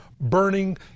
burning